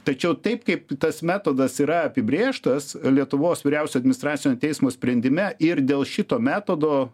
tačiau taip kaip tas metodas yra apibrėžtas lietuvos vyriausio administracinio teismo sprendime ir dėl šito metodo